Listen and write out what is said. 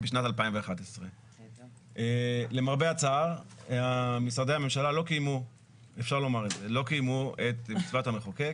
בשנת 2011. למרבה הצער משרדי הממשלה לא קיימו את מצוות המחוקק.